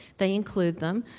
they include them.